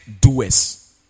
doers